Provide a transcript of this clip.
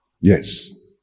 Yes